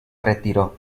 retiró